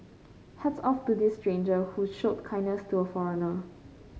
hats off to this stranger who showed kindness to a foreigner